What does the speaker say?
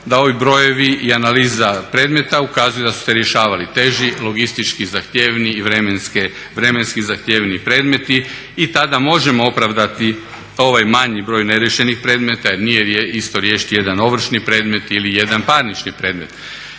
da ovi brojevi i analiza predmeta ukazuju da su se rješavali teži, logistički zahtjevniji i vremenski zahtjevniji predmeti i tada možemo opravdati ovaj manji broj neriješenih predmeta jer nije isto riješiti jedan ovršni predmet ili jedan parnični predmet.